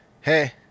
Hey